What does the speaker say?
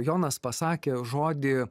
jonas pasakė žodį